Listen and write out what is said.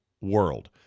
world